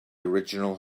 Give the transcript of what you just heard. original